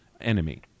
enemy